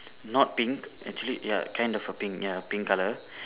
not pink actually ya kind of a pink ya pink colour